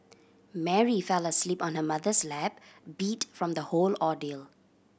Mary fell asleep on her mother's lap beat from the whole ordeal